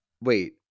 wait